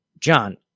John